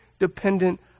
dependent